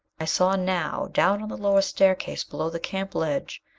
i saw now, down on the lower staircase below the camp ledge,